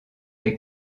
les